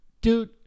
Dude